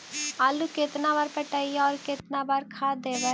आलू केतना बार पटइबै और केतना बार खाद देबै?